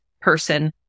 person